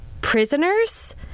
prisoners